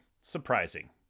surprising